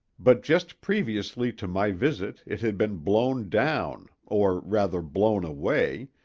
but just previously to my visit it had been blown down, or rather blown away,